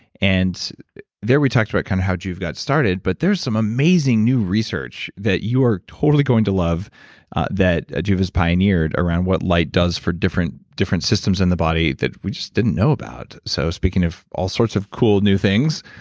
and there we talked about kind of how joovv got started, but there's some amazing new research that you are totally going to love that joovv has pioneered around what light does for different different systems in the body that we just didn't know about. so speaking of all sorts of cool new things,